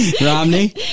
Romney